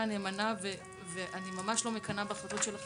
נאמנה ואני ממש לא מקנאה בהחלטות שלה